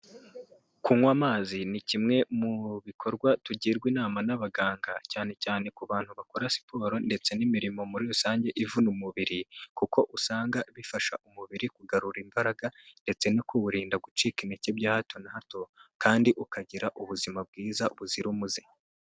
Kunywa amazi ni kimwe mu bikorwa tugirwa inama n'abaganga, cyane cyane ku bantu bakora siporo ndetse n'imirimo muri rusange ivuna umubiri, kuko usanga bifasha umubiri kugarura imbaraga ndetse no kuwurinda gucika intege bya hato na hato, kandi ukagira ubuzima bwiza buzira umuze.